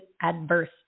adverse